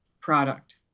product